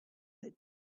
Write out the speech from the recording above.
that